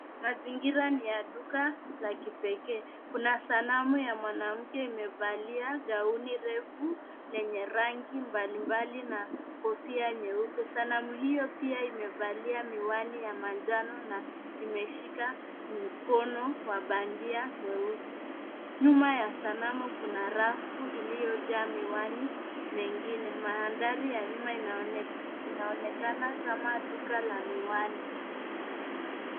Mazingira ni ya duka la kipekee. Kuna sanamu ya mwanamke imevalia gauni refu lenye rangi mbalimbali na kofia nyeupe. Sanamu hio pia imevalia miwani ya manjano na imeshika mkono wa bandia mweusi. Nyuma ya sanamu kuna rafu iliyojaa miwani mengine. Mandhari ya nyuma inaonekana kama duka la miwani.